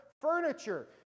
Furniture